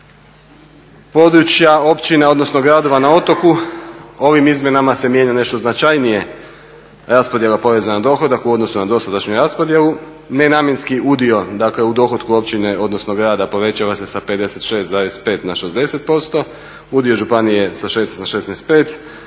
područja općina, odnosno gradova na otoku ovim izmjenama se mijenja nešto značajnije raspodjela poreza na dohodak u odnosu na dosadašnju raspodjelu. Nenamjenski udio, dakle u dohotku općine odnosno grada, povećava se sa 56,5 na 60%, udio županije sa 16